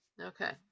Okay